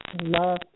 love